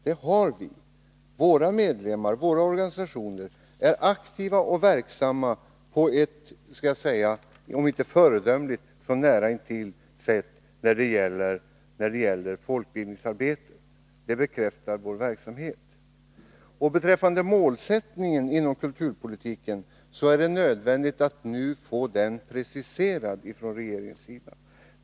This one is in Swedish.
Det har vi. Våra medlemmar och organisationer är aktiva och verksamma på ett nära nog föredömligt sätt när det gäller folkbildningsarbetet. Det bekräftar vår verksamhet. Beträffande målsättningen inom kulturpolitiken vill jag påpeka att det är nödvändigt att nu få den preciserad från regeringens sida.